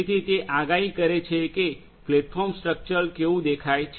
તેથી તે આગાહી કરે છે કે પ્લેટફોર્મ સ્ટ્રક્ચરલ કેવું દેખાય છે